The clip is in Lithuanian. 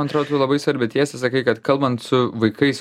man atrodo tu labai svarbią tiesą sakai kad kalbant su vaikais